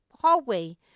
hallway